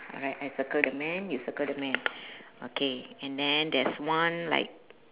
alright I circle the man you circle the man okay and then there's one like